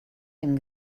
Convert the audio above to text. dem